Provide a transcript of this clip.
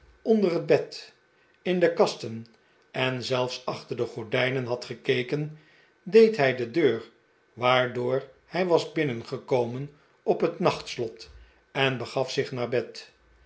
onder het bed in de kasten en zelfs achter de gordijnen had gekeken deed hij de deur waardoor hij was binnengekomen op het nachtslot en begaf zich naar bed